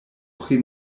pri